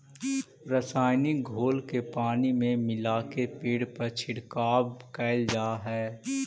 रसायनिक घोल के पानी में मिलाके पेड़ पर छिड़काव कैल जा हई